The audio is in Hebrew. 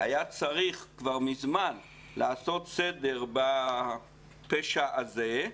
היה צריך לעשות כבר מזמן לעשות סדר בפשע הזה.